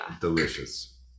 delicious